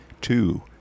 two